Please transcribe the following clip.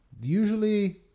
Usually